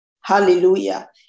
hallelujah